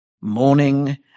morning